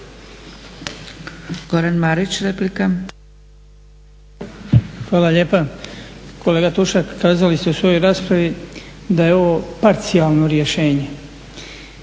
Goran (HDZ)** Hvala lijepa. Kolega Tušak, kazali ste u svojoj raspravi da je ovo parcijalno rješenje.